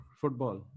football